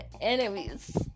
enemies